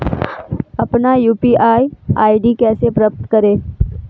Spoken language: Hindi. अपना यू.पी.आई आई.डी कैसे प्राप्त करें?